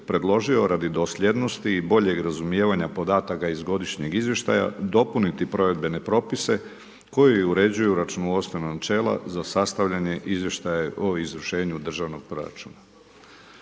predložio radi dosljednosti i boljeg razumijevanja podataka iz godišnjeg izvještaja, dopuniti provedbene propise, koje uređuju računovodstvena načela za sastavljanje izvještaja o izvršenju državnog proračuna.